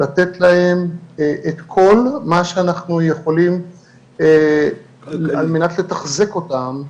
לתת להם את כל מה שאנחנו יכולים על מנת לתחזק אותם,